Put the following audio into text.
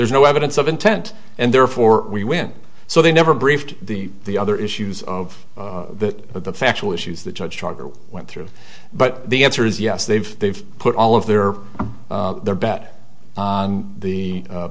there's no evidence of intent and therefore we win so they never briefed the the other issues of the of the factual issues the judge charger went through but the answer is yes they've they've put all of their their bet the